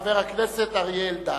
חבר הכנסת אריה אלדד.